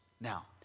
Now